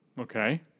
Okay